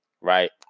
right